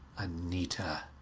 anita!